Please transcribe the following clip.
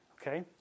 Okay